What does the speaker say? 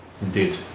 Indeed